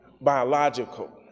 biological